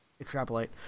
extrapolate